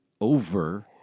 over